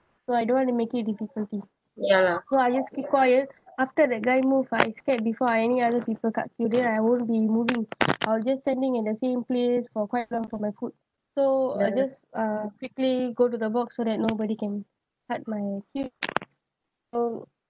so I don't want to make you it difficulty ya lah so I just keep quiet after that guy move I scared before any other people cut queue then I won't be moving I will just standing in the same place for quite long for my food so I just uh quickly go to the box so that nobody can cut my queue so